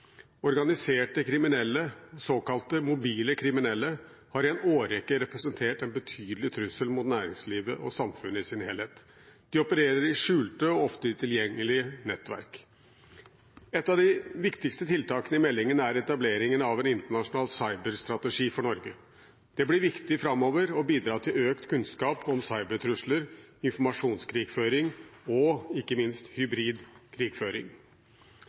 Organiserte kriminelle og såkalt mobile kriminelle har i en årrekke representert en betydelig trussel mot næringslivet og samfunnet i sin helhet. De opererer i skjulte og ofte utilgjengelige nettverk. Et av de viktigste tiltakene i meldingen er etableringen av en internasjonal cyberstrategi for Norge. Det blir viktig framover å bidra til økt kunnskap om cybertrusler, informasjonskrigføring og ikke minst hybrid krigføring.